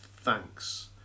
thanks